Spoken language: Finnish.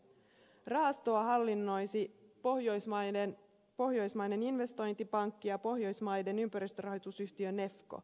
rahastoa hallinnoisi pohjoismainen investointipankki ja pohjoismaiden ympäristörahoitusyhtiö nefco